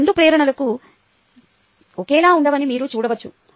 ఈ రెండు ప్రేరణలు ఒకేలా ఉండవని మీరు చూడవచ్చు